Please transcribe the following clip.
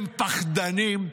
הם פחדנים,